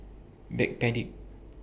Backpedic